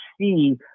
see